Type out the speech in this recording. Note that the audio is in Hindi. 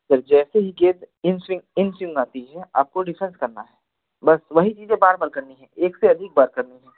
फ़िर जैसे ही गेंद इन स्विंग इन स्विंग आती है आपको डिफेंस करना है बस वही चीज़ें बार बार करनी है एक से अधिक बार करनी है